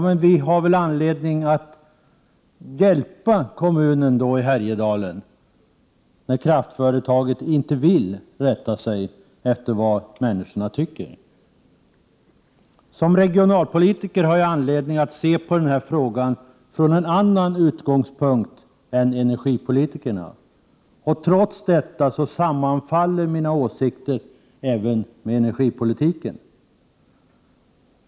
Men vi har väl anledning att hjälpa Härjedalen, när kraftföretaget inte vill rätta sig efter vad människorna tycker? Som regionalpolitiker har jag anledning att se på denna fråga från en annan utgångspunkt än energipolitikernas. Trots detta sammanfaller mina åsikter med energipolitikernas.